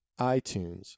iTunes